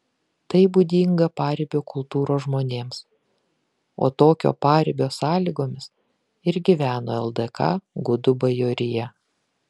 tai būdinga paribio kultūros žmonėms o tokio paribio sąlygomis ir gyveno ldk gudų bajorija